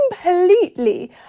completely